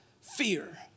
Fear